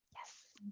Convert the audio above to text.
yes,